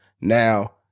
now